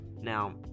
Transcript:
Now